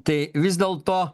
tai vis dėlto